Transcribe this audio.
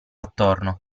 attorno